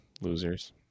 losers